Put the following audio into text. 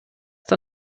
der